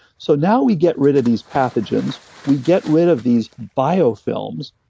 so now we get rid of these pathogens we get rid of these biofilms,